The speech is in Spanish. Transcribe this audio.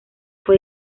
fue